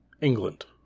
England